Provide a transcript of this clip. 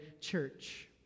Church